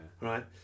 right